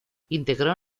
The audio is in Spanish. integró